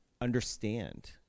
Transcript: understand